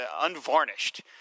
unvarnished